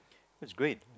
that's great